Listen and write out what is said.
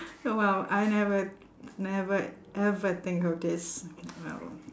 oh !wow! I never never ever think of this